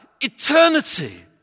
eternity